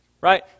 right